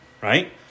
right